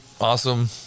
awesome